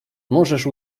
możesz